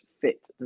fit